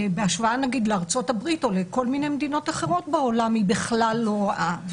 בהשוואה לארצות-הברית או לכל מיני מדינות אחרות בעולם היא בכלל לא רעה.